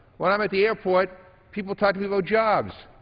when i'm at the airport people talk to me about jobs.